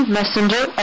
Messenger